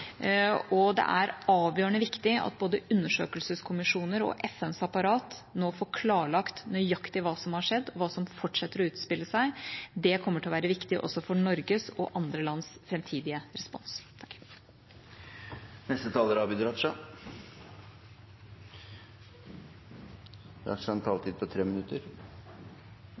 og det er avgjørende viktig at både undersøkelseskommisjoner og FNs apparat nå får klarlagt nøyaktig hva som har skjedd, og hva som fortsetter å utspille seg. Det kommer til å være viktig også for Norges og andre lands framtidige respons.